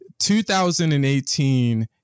2018